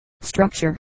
structure